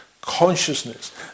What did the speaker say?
consciousness